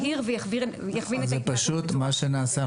בהיר ויכווין את -- פשוט מה שנעשה,